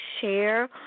share